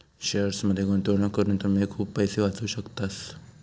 शेअर्समध्ये गुंतवणूक करून तुम्ही खूप पैसे वाचवू शकतास